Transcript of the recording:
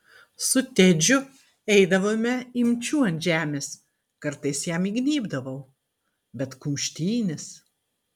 su tedžiu eidavome imčių ant žemės kartais jam įgnybdavau bet kumštynės